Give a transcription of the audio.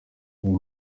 uyu